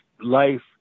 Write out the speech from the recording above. life